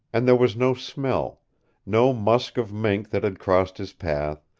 and there was no smell no musk of mink that had crossed his path,